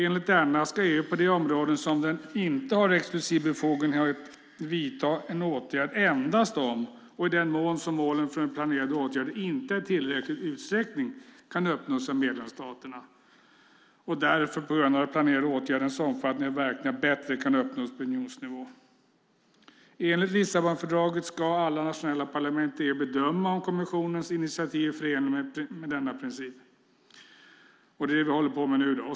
Enligt denna ska EU, på de områden där man inte har exklusiv befogenhet, vidta en åtgärd endast om och i den mån som målen för den planerade åtgärden inte i tillräcklig utsträckning kan uppnås av medlemsstaterna och därför, på grund av den planerade åtgärdens omfattning eller verkningar, bättre kan uppnås på unionsnivå. Enligt Lissabonfördraget ska alla nationella parlament i EU bedöma om kommissionens initiativ är förenligt med denna princip. Det är det vi håller på med nu.